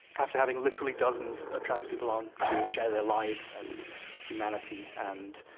after having literally dozens of trans people on to share their lives and humanity, and